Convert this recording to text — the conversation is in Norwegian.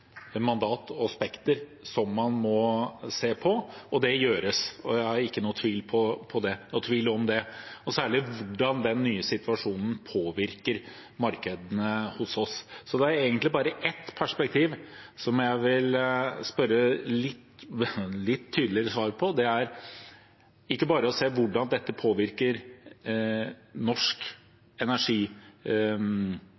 gjøres, det er ikke noen tvil om det – og særlig hvordan den nye situasjonen påvirker markedene hos oss. Det er egentlig bare ett perspektiv som jeg vil be om å få litt tydeligere svar på. Det dreier seg ikke bare om hvordan dette påvirker norsk